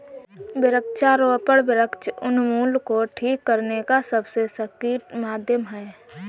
वृक्षारोपण वृक्ष उन्मूलन को ठीक करने का सबसे सटीक माध्यम है